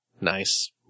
Nice